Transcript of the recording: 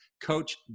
coach